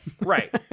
Right